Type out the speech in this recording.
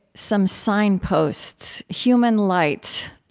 some signposts, human lights,